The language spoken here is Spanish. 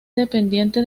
dependiente